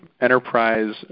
enterprise